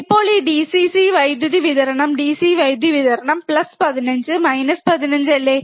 ഇപ്പോൾ ഈ ഡിസി വൈദ്യുതി വിതരണം ഡിസി വൈദ്യുതി വിതരണം 15 15 അല്ലേ